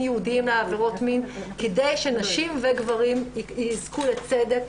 ייעודיים לעבירות מין כדי שנשים וגברים יזכו לצדק.